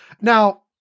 now